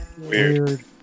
weird